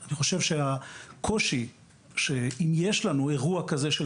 אני חושב שהקושי הוא שאם יש לנו אירוע כזה של